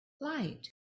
light